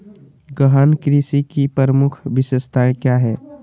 गहन कृषि की प्रमुख विशेषताएं क्या है?